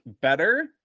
better